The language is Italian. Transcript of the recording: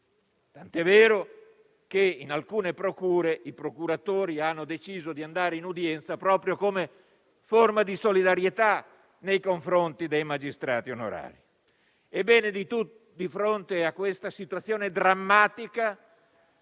tant'è vero che in alcune procure i procuratori hanno deciso di andare in udienza proprio come forma di solidarietà nei confronti dei magistrati onorari. Ebbene, di fronte a questa situazione drammatica